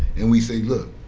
and we say, look,